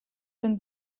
been